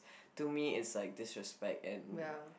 to me is like disrespect and